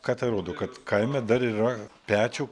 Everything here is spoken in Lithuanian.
ką tai rodo kad kaime dar yra pečių